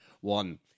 one